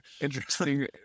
interesting